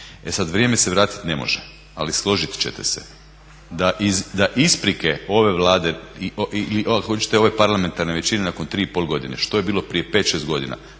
E sad vrijeme se vratit ne može, ali složit ćete se da isprike ove Vlade ili ako hoćete ove parlamentarne većine nakon 3,5 godine. Što je bilo prije 5-6 godina